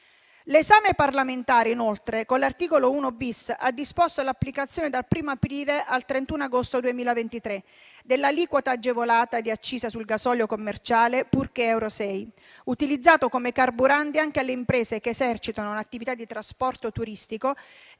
L'esame parlamentare, inoltre, con l'articolo 1-*bis* ha disposto l'applicazione - dal 1° aprile al 31 agosto 2023 - dell'aliquota agevolata di accisa sul gasolio commerciale purché euro 6, utilizzato come carburante, anche alle imprese che esercitano attività di trasporto turistico